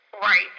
right